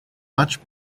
much